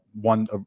one